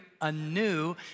anew